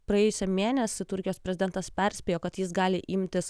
praėjusį mėnesį turkijos prezidentas perspėjo kad jis gali imtis